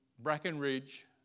Brackenridge